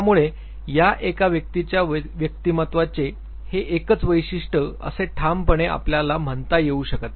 त्यामुळे या एका व्यक्तीच्या व्यक्तिमत्त्वाचे हे एकच वैशिष्ट्य असे ठामपणे आपल्याला म्हणता येऊ शकत नाही